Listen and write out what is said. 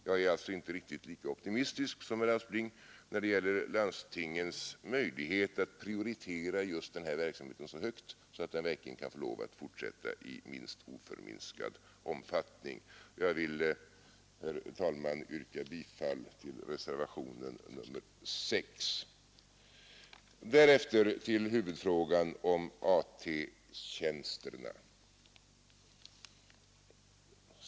Jag är alltså inte riktigt lika optimistisk som herr Aspling, när det gäller landstingens möjlighet att prioritera just den här verksamheten så högt att den kan få lov att fortsätta i minst oförminskad omfattning. Jag vill, herr talman, yrka bifall till reservationen 6. Härefter till huvudfrågan om AT-tjänsterna.